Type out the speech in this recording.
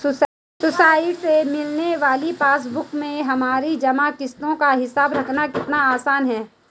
society से मिलने वाली पासबुक में हमारी जमा किश्तों का हिसाब रखना कितना आसान है